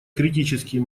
критический